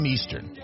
Eastern